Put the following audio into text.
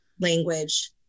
language